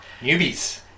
Newbies